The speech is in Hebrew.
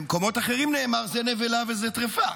במקומות אחרים נאמר: זה נבלה וזה טריפה.